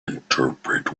interpret